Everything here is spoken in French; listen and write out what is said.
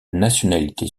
nationalité